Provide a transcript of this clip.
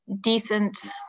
decent